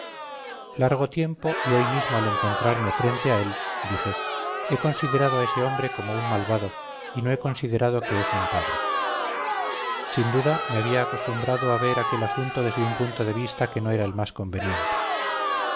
largo tiempo y hoy mismo al encontrarme frente a él dije he considerado a ese hombre como un malvado y no he considerado que es un padre sin duda me había acostumbrado a ver aquel asunto desde un punto de vista que no era el más conveniente